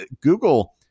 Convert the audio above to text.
Google